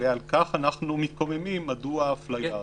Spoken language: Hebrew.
ועל כך אנחנו מתקוממים, מדוע האפליה הזאת.